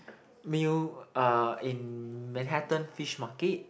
meal uh in Manhattan Fish Market